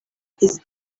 his